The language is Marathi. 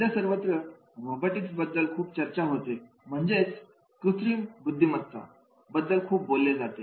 सध्या सर्वत्र रोबोटिक्स बद्दल खूप चर्चा होते आर्टिफिशिअल इंटेलिजन्स बद्दल खूप बोलले जाते